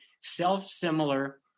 self-similar